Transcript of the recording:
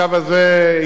הקו הזה,